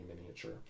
miniature